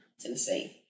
Tennessee